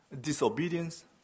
disobedience